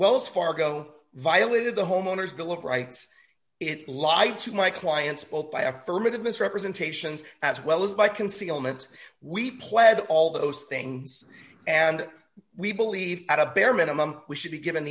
wells fargo violated the homeowners bill of rights it lied to my clients both d by a firm of misrepresentations as well as by concealment we played all d those things and we believe at a bare minimum we should be given